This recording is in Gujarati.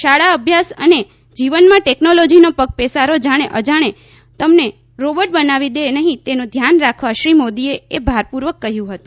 શાળા અભ્યાસ અને જીવન માં ટેક્નોલોજી નો પગપેસારો જાણે અજાણે તમને રોબોટ બનાવી દે નહીં તેનુ ધ્યાન રાખવા શ્રી મોદી એ ભારપૂર્વક કહ્યું હતું